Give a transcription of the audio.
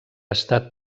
estat